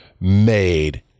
made